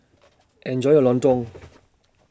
Enjoy your Lontong